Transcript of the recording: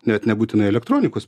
net nebūtinai elektronikos